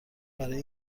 برای